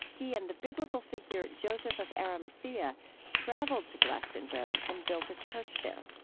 he and the biblical figure joseph of arimathea traveled to glastonbury and built a church there.